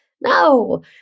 No